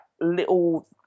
little